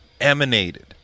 emanated